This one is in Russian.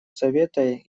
совета